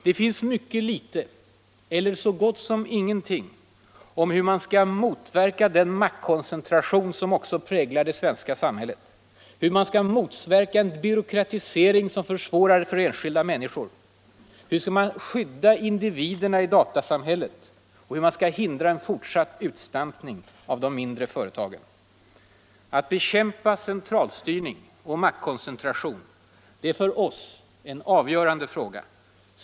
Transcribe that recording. Det finns mycket litet — eller så gott som ingenting — om hur man skall motverka den maktkoncentration som också präglar det svenska samhället, hur man skall motverka en byråkratisering som försvårar för enskilda människor, hur man skall skydda individerna i datasamhället och hur man skall hindra en fortsatt utstampning av de mindre företagen. Att bekämpa centralstyrning och maktkoncentration är för oss en avgörande fråga.